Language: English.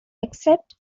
accept